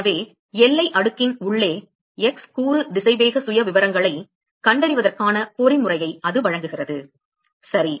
எனவே எல்லை அடுக்கின் உள்ளே x கூறு திசைவேக சுயவிவரங்களைக் கண்டறிவதற்கான பொறிமுறையை அது வழங்குகிறது சரி